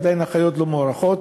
עדיין האחיות לא מוערכות.